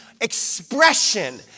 expression